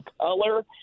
color